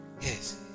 yes